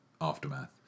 aftermath